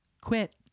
quit